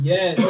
Yes